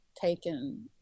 taken